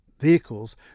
vehicles